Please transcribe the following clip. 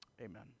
amen